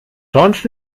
sonst